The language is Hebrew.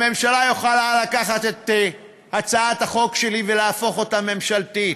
הממשלה יכולה לקחת את הצעת החוק שלי ולהפוך אותה ממשלתית.